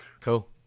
cool